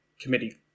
committee